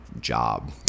job